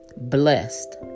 blessed